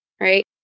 right